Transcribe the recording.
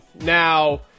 Now